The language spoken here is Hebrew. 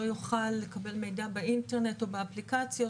יוכל לקבל מידע באינטרנט או באפליקציות,